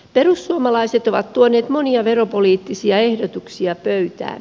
perussuomalaiset ovat tuoneet monia veropoliittisia ehdotuksia pöytään